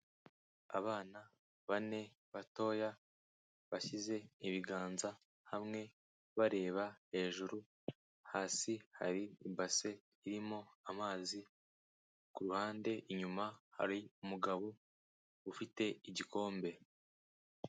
Abana bane batoya bashyize ibiganza hamwe bareba hejuru, hasi hari ibase irimo amazi, ku ruhande inyuma hari umugabo ufite igikombe.